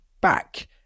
back